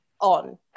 on